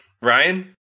Ryan